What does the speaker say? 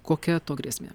kokia to grėsmė